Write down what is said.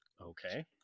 okay